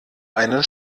einen